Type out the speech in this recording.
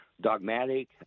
dogmatic